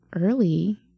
early